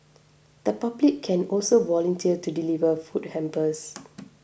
the public can also volunteer to deliver food hampers